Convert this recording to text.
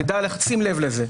שים לב לזה.